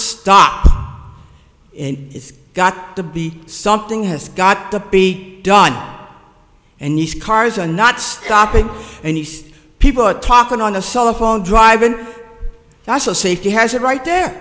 stop and it's got to be something has got to be done and nice cars and not stopping a nice people talking on a cell phone driving that's a safety hazard right there